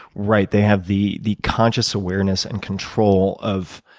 right. they have the the conscious awareness and control of